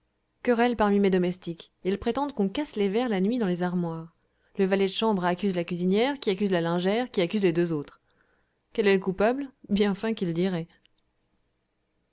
querelles parmi mes domestiques ils prétendent qu'on casse les verres la nuit dans les armoires le valet de chambre accuse la cuisinière qui accuse la lingère qui accuse les deux autres quel est le coupable bien fin qui le dirait